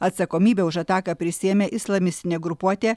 atsakomybę už ataką prisiėmė islamistinė grupuotė